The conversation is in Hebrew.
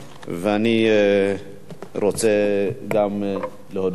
ואני רוצה להודות לך.